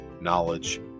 knowledge